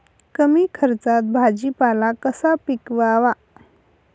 कमी खर्चात भाजीपाला कसा पिकवावा?